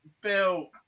Bill